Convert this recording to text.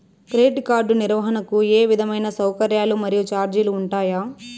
Credit card నిర్వహణకు ఏ విధమైన సౌకర్యాలు మరియు చార్జీలు ఉంటాయా?